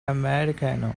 americano